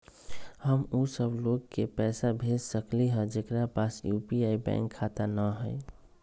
हम उ सब लोग के पैसा भेज सकली ह जेकरा पास यू.पी.आई बैंक खाता न हई?